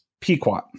Pequot